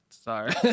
Sorry